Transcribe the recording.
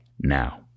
now